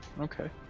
Okay